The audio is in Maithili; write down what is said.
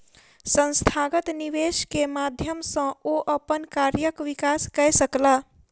संस्थागत निवेश के माध्यम सॅ ओ अपन कार्यक विकास कय सकला